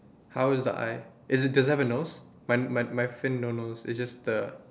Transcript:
how is the eye is it does it have a nose my my my fin no nose it's just the